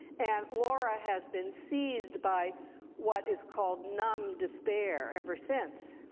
and laura has been seized by what is called numb despair ever since.